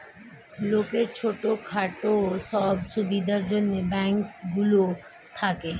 লোকের ছোট খাটো সব সুবিধার জন্যে ব্যাঙ্ক গুলো থাকে